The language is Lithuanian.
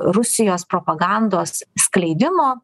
rusijos propagandos skleidimo